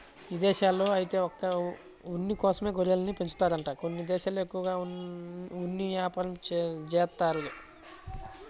ఇదేశాల్లో ఐతే ఒక్క ఉన్ని కోసమే గొర్రెల్ని పెంచుతారంట కొన్ని దేశాల్లో ఎక్కువగా ఉన్ని యాపారం జేత్తారు